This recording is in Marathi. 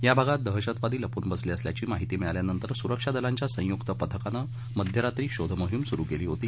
या भागात दहशतवादी लपून बसले असल्याची माहिती मिळाल्यानंतर सुरक्षा दलांच्या संयुक्त पथकानं मध्यरात्री शोधमोहिम सुरु केली होती